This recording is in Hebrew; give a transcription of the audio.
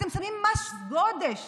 אתם שמים מס גודש